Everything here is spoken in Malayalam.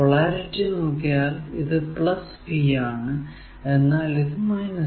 പൊളാരിറ്റി നോക്കിയാൽ ഇത് v ആണ് എന്നാൽ ഇത് v